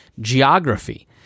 geography